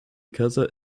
casa